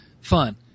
Fun